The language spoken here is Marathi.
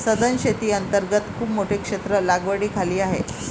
सधन शेती अंतर्गत खूप मोठे क्षेत्र लागवडीखाली आहे